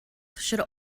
should